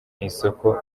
isoko